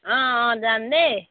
অঁ অঁ যাম দেই